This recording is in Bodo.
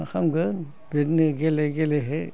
मा खालामगोन बेबादिनो गेले गेलेहै